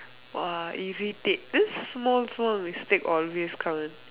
!wah! irritate this small small mistake always come